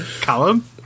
Callum